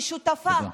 ששותפה,